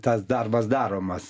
tas darbas daromas